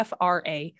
FRA